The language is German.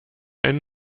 einen